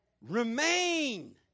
Remain